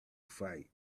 fight